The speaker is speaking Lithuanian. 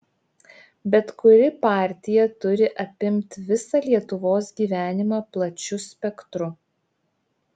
bet kuri partija turi apimt visą lietuvos gyvenimą plačiu spektru